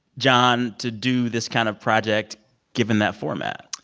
john, to do this kind of project given that format?